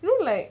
you know like